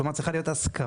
כלומר, צריכה להיות הסכמה.